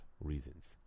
reasons